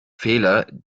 fehler